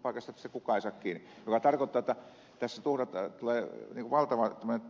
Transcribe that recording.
se tarkoittaa sitä että tästä tulee valtava tämmöinen